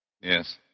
Yes